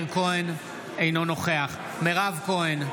אינו נוכח מירב כהן,